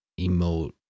emote